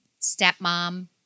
stepmom